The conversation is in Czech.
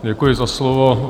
Děkuji za slovo.